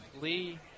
Lee